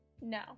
No